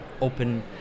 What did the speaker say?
open